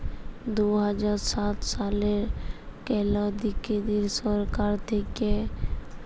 দু হাজার সাত সালে কেলদিরিয় সরকার থ্যাইকে ইস্কিমট চাষের লাভের জ্যনহে শুরু হইয়েছিল